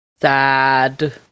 Sad